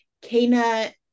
Cana